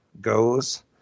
goes